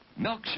Milkshake